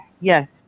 yes